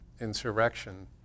insurrection